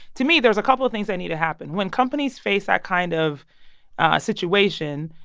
to me, there was a couple of things that need to happen. when companies face that kind of situation,